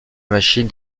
machine